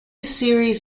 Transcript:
series